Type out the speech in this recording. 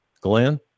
Glenn